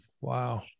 Wow